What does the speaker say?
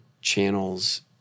channels